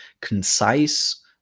concise